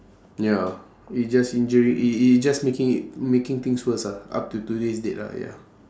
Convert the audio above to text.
ya it just injury it it it just making it making things worse ah up till today's date lah ya